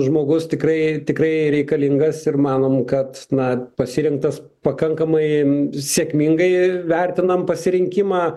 žmogus tikrai tikrai reikalingas ir manom kad na pasirinktas pakankamai sėkmingai vertinam pasirinkimą